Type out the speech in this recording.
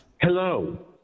Hello